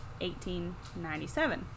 1897